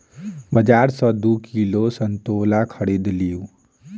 बाजार सॅ दू किलो संतोला खरीद लिअ